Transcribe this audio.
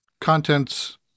contents